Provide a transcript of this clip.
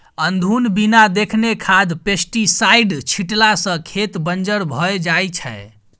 अनधुन बिना देखने खाद पेस्टीसाइड छीटला सँ खेत बंजर भए जाइ छै